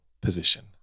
position